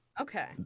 okay